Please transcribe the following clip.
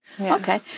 Okay